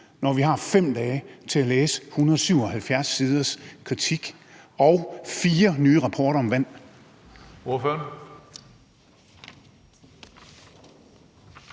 når vi har 5 dage til at læse 177 siders kritik og fire nye rapporter om vand?